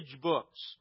books